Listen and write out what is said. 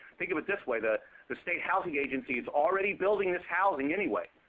think of it this way. the the state housing agency is already building this housing anyway.